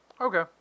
Okay